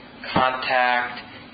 contact